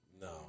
no